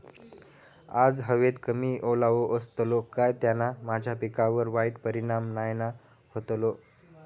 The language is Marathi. आज हवेत कमी ओलावो असतलो काय त्याना माझ्या पिकावर वाईट परिणाम नाय ना व्हतलो?